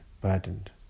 burdened